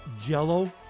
Jello